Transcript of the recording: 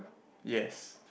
yes